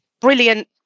brilliant